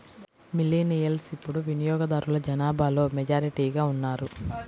millennials ఇప్పుడు వినియోగదారుల జనాభాలో మెజారిటీగా ఉన్నారు